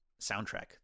soundtrack